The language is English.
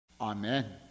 Amen